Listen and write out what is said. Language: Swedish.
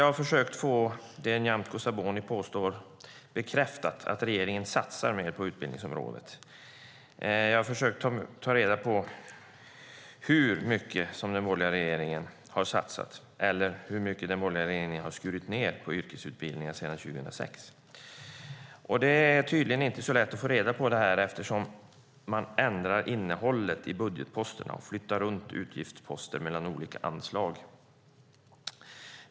Jag har försökt få det som Nyamko Sabuni påstår bekräftat, nämligen att regeringen satsar mer på utbildningsområdet. Jag har försökt ta reda på hur mycket som den borgerliga regeringen har satsat eller hur mycket som den borgerliga regeringen har skurit ned på yrkesutbildningen sedan 2006. Det är tydligen inte så lätt att få reda på detta eftersom man ändrar innehållet i budgetposterna och flyttar runt utgiftsposter mellan olika anslag.